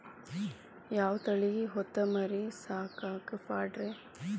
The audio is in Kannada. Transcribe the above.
ಯಾವ ತಳಿ ಹೊತಮರಿ ಸಾಕಾಕ ಪಾಡ್ರೇ?